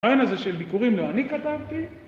הריין הזה של ביקורים לא אני כתבתי.